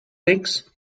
licks